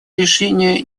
решение